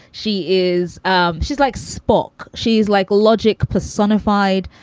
she is. um she's like spock. she's like logic personified.